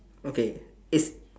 okay it's